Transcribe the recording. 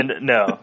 No